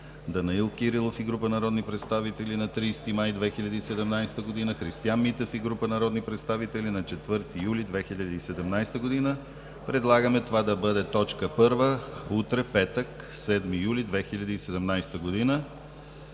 Данаил Кирилов и група народни представители на 30 май 2017 г.; Христиан Митев и група народни представители на 4 юли 2017 г. Предлагаме това да бъде точка първа утре, петък, 7 юли 2017 г.